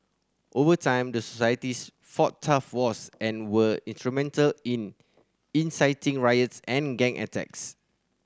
over time the societies fought turf wars and were instrumental in inciting riots and gang attacks